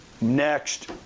next